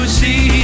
see